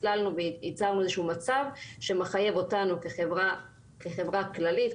הסללנו ויצרנו מצב שמחייב אותנו כחברה כללית,